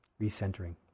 recentering